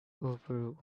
over